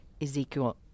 Ezekiel